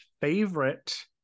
favorite